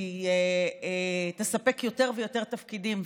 והיא תספק יותר ויותר תפקידים,